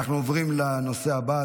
אנחנו עוברים לנושא הבא,